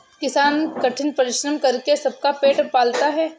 किसान कठिन परिश्रम करके सबका पेट पालता है